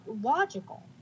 logical